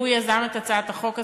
הוא יזם את הצעת החוק הזאת,